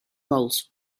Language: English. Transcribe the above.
roles